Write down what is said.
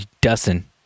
Dustin